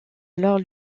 alors